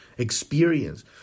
experience